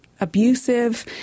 abusive